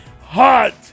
Hot